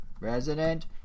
Resident